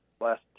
last